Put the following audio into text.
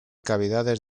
cavidades